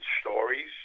stories